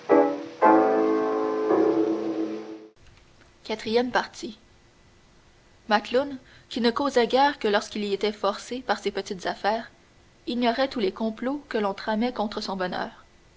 iv macloune qui ne causait guère que lorsqu'il y était forcé par ses petites affaires ignorait tous les complots que l'on tramait contre son bonheur